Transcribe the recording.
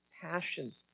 passion